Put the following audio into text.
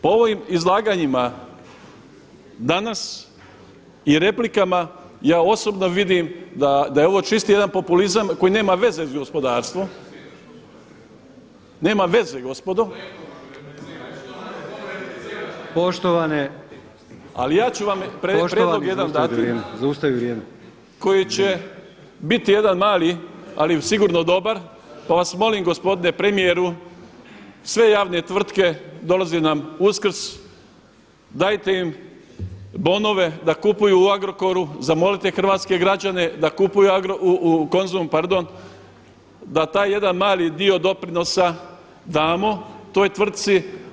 Po ovim izlaganjima danas i replikama ja osobno vidim da je ovo čisti jedan populizam koji nema veze s gospodarstvom, nema veze gospodo …… [[Upadica sa strane, ne čuje se.]] [[Upadica Brkić: Poštovane, zaustavi vrijeme.]] ali ja ću vam prijedlog jedan dati koji će biti jedan mali ali sigurno dobar, pa vas molim gospodine premijeru sve javne tvrtke, dolazi nam Uskrs dajte im bonove da kupuju u Agrokoru, zamolite hrvatske građane u Konzumu pardon, da taj jedan mali dio doprinosa damo toj tvrtci.